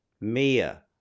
Mia